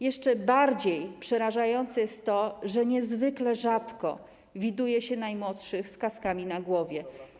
Jeszcze bardziej przerażające jest to, że niezwykle rzadko widuje się najmłodszych z kaskami na głowach.